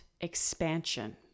expansion